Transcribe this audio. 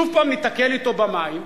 שוב הפעם ניתקל אתו במים,